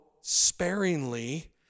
sparingly